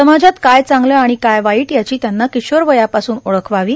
समाजात काय चांगले आणि काय वाईट याची त्यांना किशोरवयापासून ओळख व्हावी